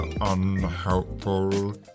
unhelpful